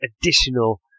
additional